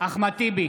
אחמד טיבי,